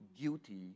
guilty